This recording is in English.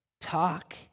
talk